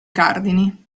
cardini